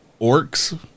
orcs